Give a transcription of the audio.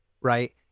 right